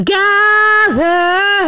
gather